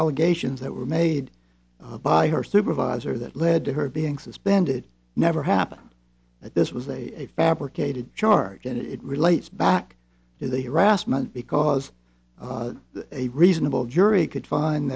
allegations that were made by her supervisor that led to her being suspended never happened that this was a fabricated charge and it relates back to the erast month because a reasonable jury could find